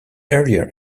earlier